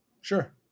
Sure